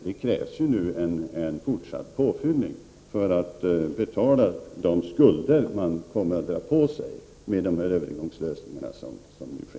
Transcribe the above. Det krävs nu en fortsatt påfyllning för att betala de skulder som övergångslösningarna drar med sig.